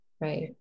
Right